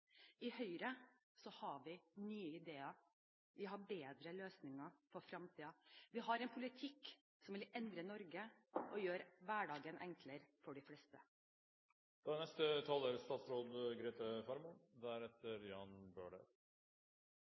I Høyre har vi nye ideer, og vi har bedre løsninger på fremtiden. Vi har en politikk som vil endre Norge og gjøre hverdagen enklere for de fleste. Kjernen i regjeringens politiske prosjekt er